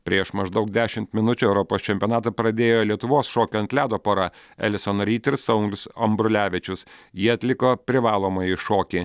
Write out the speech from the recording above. prieš maždaug dešimt minučių europos čempionatą pradėjo lietuvos šokių ant ledo pora elison ryd ir saulius ambrulevičius jie atliko privalomąjį šokį